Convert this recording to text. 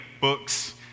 books